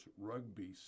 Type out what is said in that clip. Rugby